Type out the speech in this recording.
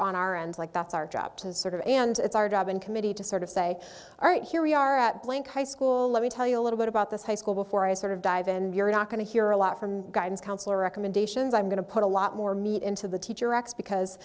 on our end like that's our job to sort of and it's our job in committee to sort of say all right here we are at blank high school let me tell you a little bit about this high school before i sort of dive in you're not going to hear a lot from guidance counselor recommendations i'm going to put a lot more meat into the teacher acts because